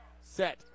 set